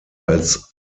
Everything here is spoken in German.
als